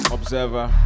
Observer